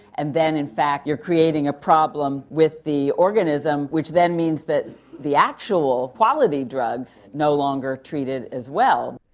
and then in fact you are creating a problem with the organism which then means that the actual quality drugs no longer treat it as well.